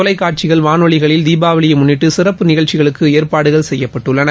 தொலைக்காட்சிகள் வானொலிகளில் தீபாவளியை முன்னிட்டு சிறப்பு நிகழ்ச்சிகளுக்கு ஏற்பாடுகள் செய்யப்பட்டுள்ளன